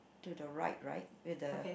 to the right right with the